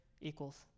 equals